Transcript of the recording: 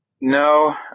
No